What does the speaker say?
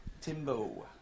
Timbo